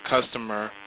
customer